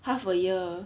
half a year